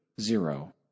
Zero